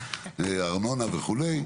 ארנונה וכו'.